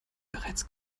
bereits